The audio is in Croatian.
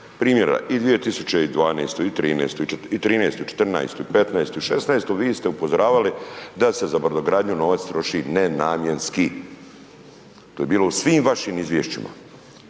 Primjera i 2012. i '13.,'14.,'15. i '16. vi ste upozoravali da se za brodogradnju novac troši ne namjenski. To je bilo u svim vašim izvješćima.